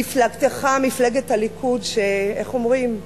מפלגתך, מפלגת הליכוד, שאיך אומרים?